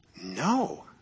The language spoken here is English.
No